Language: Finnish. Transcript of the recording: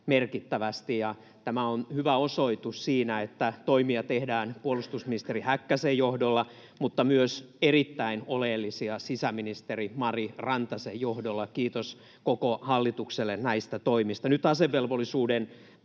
tämä on hyvä osoitus siitä, että toimia tehdään puolustusministeri Häkkäsen johdolla mutta erittäin oleellisia toimia myös sisäministeri Mari Rantasen johdolla. Kiitos koko hallitukselle näistä toimista,